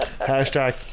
Hashtag